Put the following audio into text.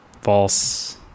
False